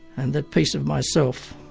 and that piece of myself